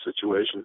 situation